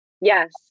Yes